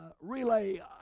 relay